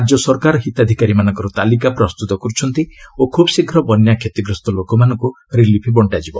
ରାଜ୍ୟ ସରକାର ହିତାଧିକାରୀମାନଙ୍କ ତାଲିକା ପ୍ରସ୍ତୁତ କରୁଛନ୍ତି ଓ ଖୁବ୍ଶୀଘ୍ର ବନ୍ୟା କ୍ଷତିଗ୍ରସ୍ତ ଲୋକମାନଙ୍କୁ ରିଲିଫ ବଣ୍ଟାଯିବ